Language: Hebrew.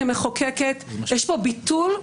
כמחוקקת יש פה ביטול,